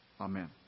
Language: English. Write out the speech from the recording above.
Amen